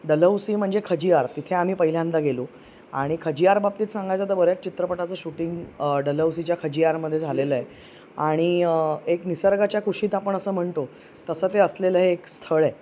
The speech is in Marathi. डहुवसी म्हणजे खजियार तिथे आम्ही पहिल्यांदा गेलो आणि खजियारबाबतीत सांगायचं तर बऱ्याच चित्रपटाचं शूटिंग डलहौसीच्या खजियारमधे झालेलं आहे आणि एक निसर्गाच्या कुषित आपण असं म्हणतो तसं ते असलेलं हे एक स्थळ आहे